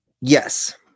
Yes